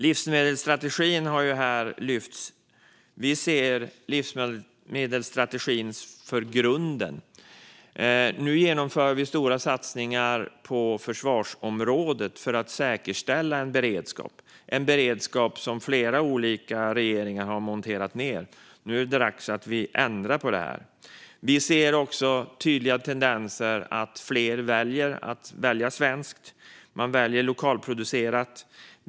Livsmedelsstrategin har lyfts fram här. Vi anser att livsmedelsstrategin är grunden. Nu genomför vi stora satsningar på försvarsområdet för att säkerställa en beredskap, som flera olika regeringar har monterat ned. Nu är det dags att ändra på det. Vi ser också tydliga tendenser att fler väljer svenskt och lokalproducerat.